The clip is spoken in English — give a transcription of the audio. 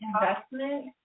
investment